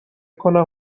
کنم